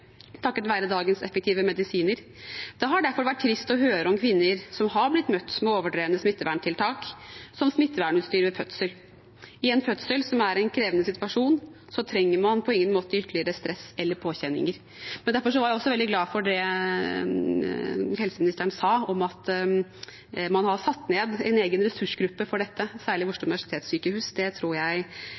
takket være dagens effektive medisiner. Det har derfor vært trist å høre om kvinner som er blitt møtt med overdrevne smitteverntiltak, som smittevernutstyr ved fødsel. I en fødsel, som er en krevende situasjon, trenger man på ingen måte ytterligere stress eller påkjenninger. Derfor var jeg også veldig glad for det helseministeren sa om at man har satt ned en egen ressursgruppe for dette, og særlig for at det er ved Oslo universitetssykehus. Det tror jeg er viktig, og det tror jeg